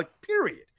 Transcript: Period